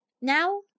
now